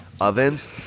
ovens